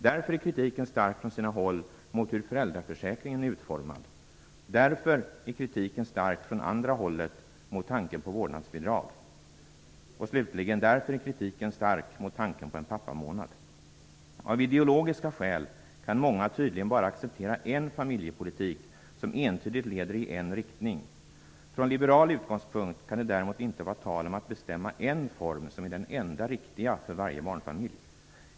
Därför är kritiken stark på sina håll mot hur föräldraförsäkringen är utformad. Därför är kritiken stark från andra hållet mot tanken på vårdnadsbidrag. Och slutligen: Därför är kritiken stark mot tanken på en pappamånad. Av ideologiska skäl kan många tydligen bara acceptera en familjepolitik, som entydigt leder i en riktning. Från liberal utgångspunkt kan det däremot inte vara tal om att bestämma en form som är den enda riktiga för varje barnfamilj.